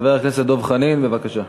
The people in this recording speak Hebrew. חבר הכנסת דב חנין, בבקשה.